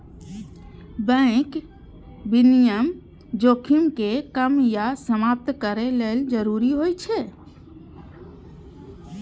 bank विनियमन जोखिम कें कम या समाप्त करै लेल जरूरी होइ छै